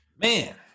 Man